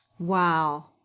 Wow